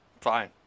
Fine